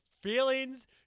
feelings